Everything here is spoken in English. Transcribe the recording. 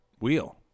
wheel